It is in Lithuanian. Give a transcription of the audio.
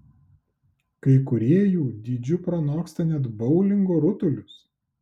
kai kurie jų dydžiu pranoksta net boulingo rutulius